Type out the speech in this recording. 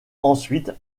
ensuite